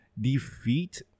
defeat